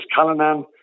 Callanan